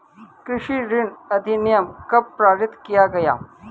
कृषि ऋण अधिनियम कब पारित किया गया?